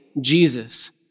Jesus